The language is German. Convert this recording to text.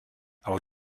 aber